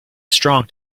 strong